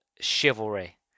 chivalry